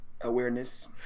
Awareness